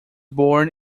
born